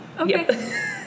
Okay